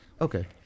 Okay